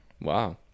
Wow